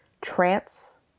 trance